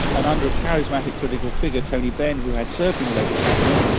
and under a charismatic political figure, tony benn, who had served in the labour cabinet,